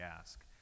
ask